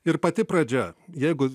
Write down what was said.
ir pati pradžia jeigu